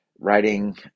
writing